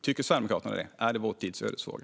Tycker Sverigedemokraterna det? Är det vår tids ödesfråga?